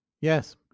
Yes